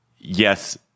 yes